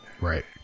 Right